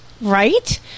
Right